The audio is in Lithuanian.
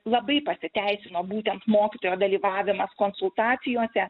labai pasiteisino būtent mokytojo dalyvavimas konsultacijose